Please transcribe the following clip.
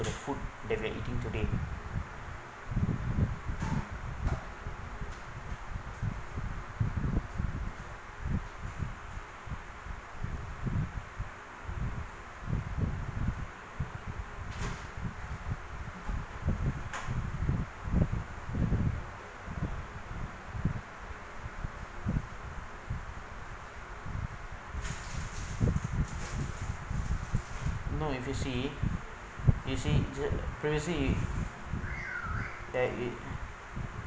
the food that we’ve eating today no if you see you see ju~ previously it there is